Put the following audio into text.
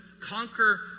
conquer